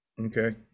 Okay